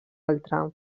altra